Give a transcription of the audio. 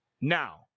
now